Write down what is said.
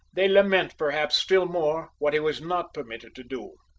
they lament perhaps still more what he was not permitted to do.